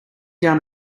down